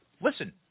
listen